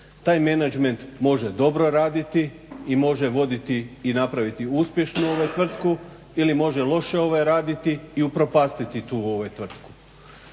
Taj menadžment može dobro raditi i može voditi i napraviti uspješnu tvrtku ili može loše raditi i upropastiti tu tvrtku.